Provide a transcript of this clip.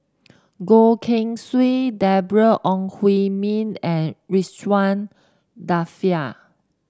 Goh Keng Swee Deborah Ong Hui Min and Ridzwan Dzafir